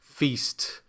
Feast